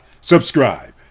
subscribe